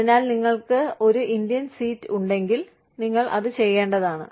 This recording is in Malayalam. അതിനാൽ നിങ്ങൾക്ക് ഒരു ഇന്ത്യൻ സീറ്റ് ഉണ്ടെങ്കിൽ നിങ്ങൾ അത് ചെയ്യേണ്ടതാണ്